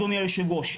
אדוני היושב-ראש,